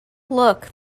look